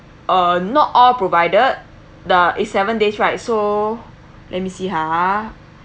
uh not all provided the it's seven days right so let me see ha